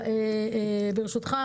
ברשותך,